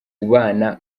ubana